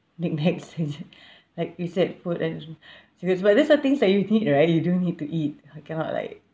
nik naks is it like you said food and because but these are things that you need right you do need to eat uh cannot like